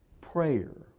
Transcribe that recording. Prayer